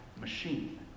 machine